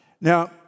Now